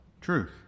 truth